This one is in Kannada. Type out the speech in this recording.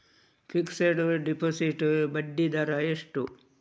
ಫಿಕ್ಸೆಡ್ ಡೆಪೋಸಿಟ್ ಬಡ್ಡಿ ದರ ಎಷ್ಟು?